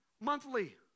monthly